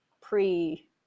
pre